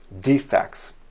defects